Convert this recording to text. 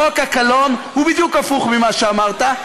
חוק הקלון הוא בדיוק הפוך ממה שאמרת,